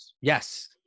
Yes